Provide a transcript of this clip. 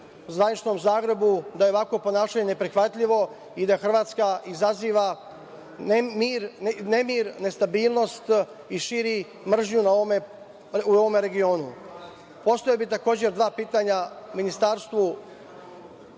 zvaničnom Zagrebu da je ovakvo ponašanje neprihvatljivo i da Hrvatska izaziva nemir, nestabilnost i širi mržnju u ovome regionu? Postavio bih, takođe, dva pitanja Ministarstvu